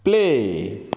play